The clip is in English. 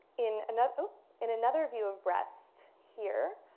in another in another view of rest here,